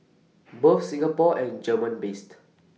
both Singapore and German based